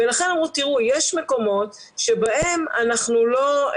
ולכן אמרו: יש מקומות שבהם אנחנו לא,